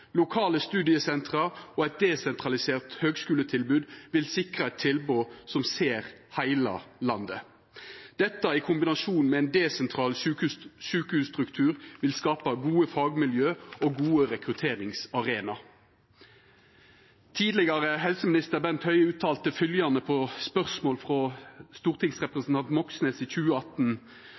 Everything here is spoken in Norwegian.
Lokale studiesenter og eit desentralisert høgskuletilbod vil sikra eit tilbod som ser heile landet. Dette i kombinasjon med ein desentralisert sjukehusstruktur vil skapa gode fagmiljø og gode rekrutteringsarenaer. Tidlegare helseminister Bent Høie uttalte følgjande, ifølgje eit spørsmål frå stortingsrepresentanten Moxnes, i 2018: